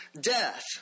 death